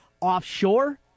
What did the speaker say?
Offshore